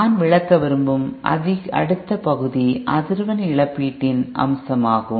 நான் விளக்க விரும்பும் அடுத்த பகுதிஅதிர்வெண் இழப்பீட்டின் அம்சமாகும்